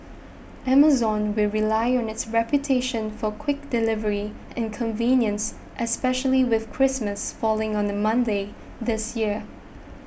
Amazon will rely on its reputation for quick delivery and convenience especially with Christmas falling on a Monday this year